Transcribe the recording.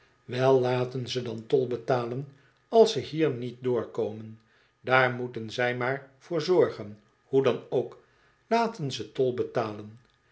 wol laten ze dan tol betalen als ze hier niet doorkomen daar moeten zij niaar voor zorgen hoe dan ook laten ze tol betalen